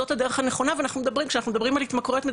זאת הדרך הנכונה וכשאנחנו מדברים על התמכרויות,